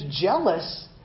jealous